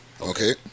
Okay